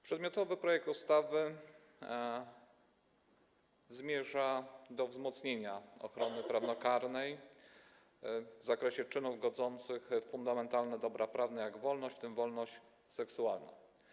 Przedmiotowy projekt ustawy zmierza do wzmocnienia ochrony prawnokarnej w zakresie czynów godzących w fundamentalne dobra prawne, jak wolność, w tym wolność seksualna.